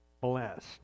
blessed